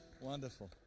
Wonderful